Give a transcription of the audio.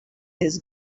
his